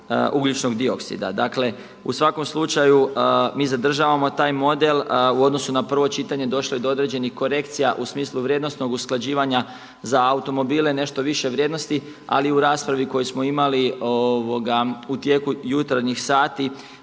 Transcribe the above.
ugljičnog dioksida. Dakle, u svakom slučaju, mi zadržavamo taj model. U odnosu na prvo čitanje došlo je do određenih korekcija u smislu vrijednosnog usklađivanja za automobile, nešto više vrijednosti, ali u raspravi koju smo imali u tijeku jutarnjih sati,